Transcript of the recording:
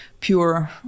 pure